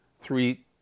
three